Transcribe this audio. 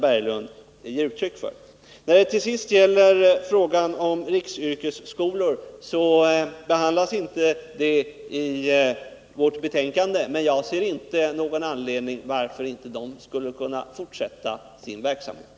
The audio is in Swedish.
Beträffande riksyrkesskolor vill jag säga att frågan inte behandlas i betänkandet, men jag ser inte någon anledning till att de inte skulle kunna fortsätta sin verksamhet.